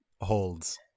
holds